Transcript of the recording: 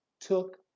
took